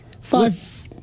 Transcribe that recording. Five